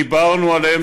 דיברנו עליה,